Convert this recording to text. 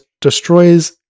destroys